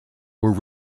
were